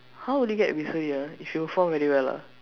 how would you get bursary ah if you perform very well lah